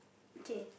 K